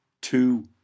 two